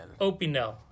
Opinel